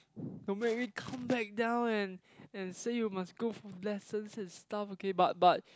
don't make me come back down and and say you must go for lessons and stuff okay but but